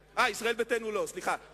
אה, ישראל ביתנו לא, סליחה.